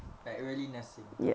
like really nursing